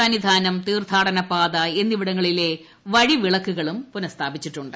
സന്നീധ്രാന്ം തീർത്ഥാടനപാത എന്നിവിടങ്ങളിലെ വഴിവിളക്കുകളും പു്നസ്ഥാപിച്ചിട്ടുണ്ട്